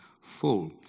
full